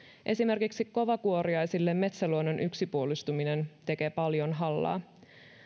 esimerkiksi kovakuoriaisille metsäluonnon yksipuolistuminen tekee paljon hallaa